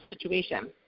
situation